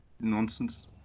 nonsense